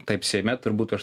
taip seime turbūt aš